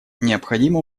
необходимо